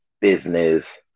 business